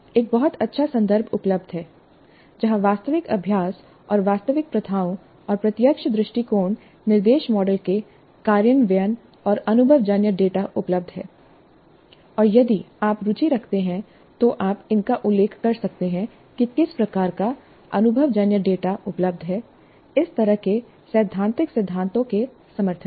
एक बहुत अच्छा संदर्भ उपलब्ध है जहां वास्तविक अभ्यास और वास्तविक प्रथाओं और प्रत्यक्ष दृष्टिकोण निर्देश मॉडल के कार्यान्वयन से अनुभवजन्य डेटा उपलब्ध हैं और यदि आप रुचि रखते हैं तो आप इनका उल्लेख कर सकते हैं कि किस प्रकार का अनुभवजन्य डेटा उपलब्ध है इस तरह के सैद्धांतिक सिद्धांतों के समर्थन में